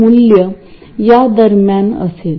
मी हा येथे तुटलेला दाखवतो आहे